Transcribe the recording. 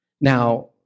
Now